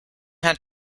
had